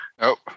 Nope